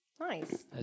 Nice